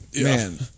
man